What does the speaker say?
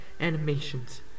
animations